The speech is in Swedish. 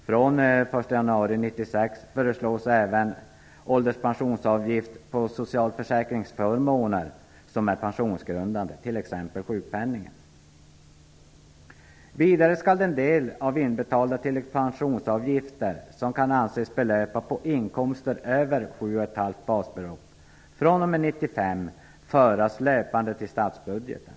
Från den 1 januari 1996 föreslås även en ålderspensionsavgift på socialförsäkringsförmåner som är pensionsgrundande, t.ex. sjukpenningen. Vidare skall den del av inbetalda tilläggspensionsavgifter som kan anses belöpa på inkomster över 7,5 basbelopp fr.o.m. 1995 föras löpande till statsbudgeten.